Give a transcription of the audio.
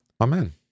Amen